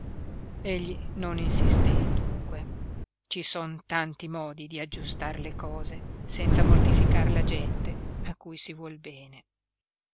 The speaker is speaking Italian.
egli non insisté dunque ci son tanti modi di aggiustar le cose senza mortificar la gente a cui si vuol bene